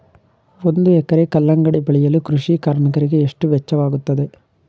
ಒಂದು ಎಕರೆ ಕಲ್ಲಂಗಡಿ ಬೆಳೆಯಲು ಕೃಷಿ ಕಾರ್ಮಿಕರಿಗೆ ಎಷ್ಟು ವೆಚ್ಚವಾಗುತ್ತದೆ?